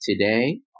today